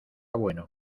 bueno